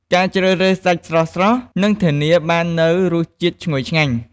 ការជ្រើសរើសសាច់ស្រស់ៗ នឹងធានាបាននូវរសជាតិឈ្ងុយឆ្ងាញ់។